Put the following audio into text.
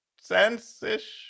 sense-ish